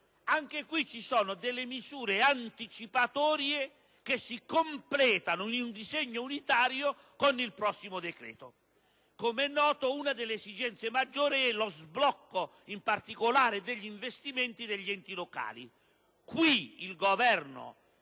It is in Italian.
in esame ci sono delle misure anticipatorie, che si completeranno in un disegno unitario con il prossimo decreto. Come noto, una delle esigenze maggiori è in particolare lo sblocco degli investimenti degli enti locali. Nel disegno